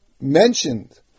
mentioned